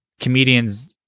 comedians